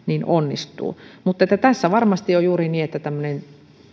onnistuu mutta tässä varmasti on juuri niin että